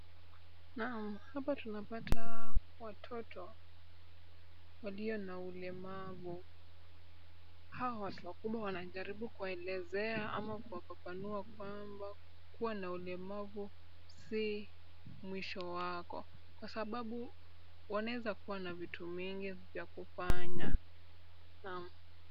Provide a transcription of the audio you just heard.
Naam! Hapa tunapata watoto walio na ulemavu. Hawa watu wakubwa wanajaribu kuwaelezea ama kuwafafanua kwamba, kuwa na ulemavu si mwisho wako kwa sababu wanaweza kuwa na vitu mingi vya kufanya. Naam!